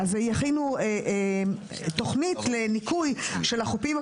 יכינו תוכנית לניקוי החופים,